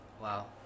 Wow